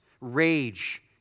Rage